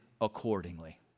accordingly